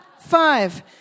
Five